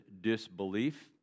disbelief